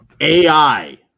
AI